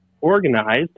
organized